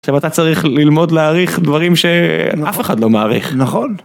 עכשיו אתה צריך ללמוד להאריך דברים שאף אחד לא מאריך נכון.